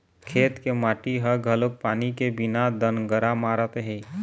खेत के माटी ह घलोक पानी के बिना दनगरा मारत हे